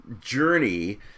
journey